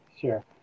sure